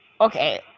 Okay